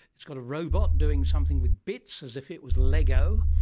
it's got a robot doing something with bits as if it was lego,